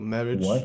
Marriage